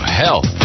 health